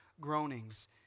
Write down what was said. groanings